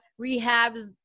rehabs